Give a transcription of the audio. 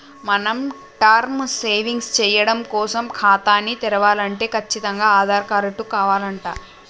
మనం term savings సేయడం కోసం ఖాతాని తెరవలంటే కచ్చితంగా ఆధార్ కారటు కావాలంట